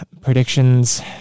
Predictions